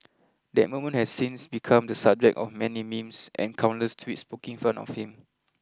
that moment has since become the subject of many memes and countless tweets poking fun of him